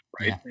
Right